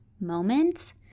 moment